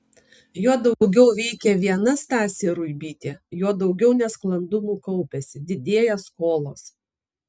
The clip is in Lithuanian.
juo daugiau veikia viena stasė ruibytė juo daugiau nesklandumų kaupiasi didėja skolos